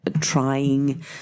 trying